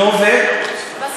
נו, ו-?